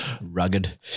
Rugged